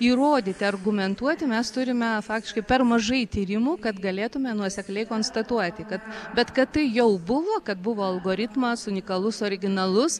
įrodyti argumentuoti mes turime faktiškai per mažai tyrimų kad galėtume nuosekliai konstatuoti kad bet kad tai jau buvo kad buvo algoritmas unikalus originalus